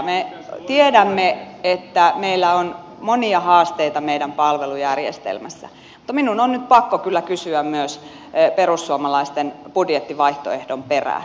me tiedämme että meillä on monia haasteita meidän palvelujärjestelmässä mutta minun on nyt pakko kyllä kysyä myös perussuomalaisten budjettivaihtoehdon perään